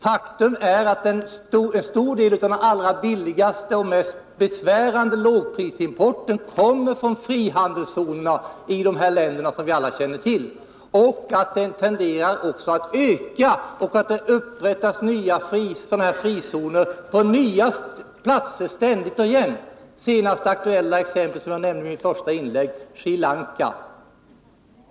Faktum är att en stor del av den allra billigaste och mest besvärande lågprisimporten kommer från frizonerna i de länder som vi alla känner till och att den importen tenderar att öka. Dessutom upprättas det ständigt och jämt nya frizoner på nya platser. Det senaste aktuella exemplet, som jag nämnde i mitt första inlägg, är Sri Lanka.